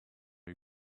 you